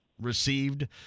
received